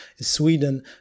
sweden